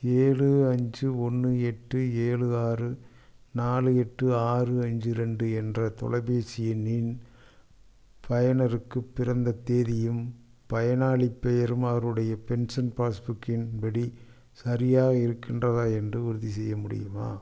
ஏழு அஞ்சு ஒன்று எட்டு ஏழு ஆறு நாலு எட்டு ஆறு அஞ்சு ரெண்டு என்ற தொலைபேசி எண்ணின் பயனருக்கு பிறந்த தேதியும் பயனாளிப் பெயரும் அவருடைய பென்ஷன் பாஸ்புக்கின் படி சரியாக இருக்கின்றதா என்று உறுதிசெய்ய முடியுமா